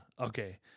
Okay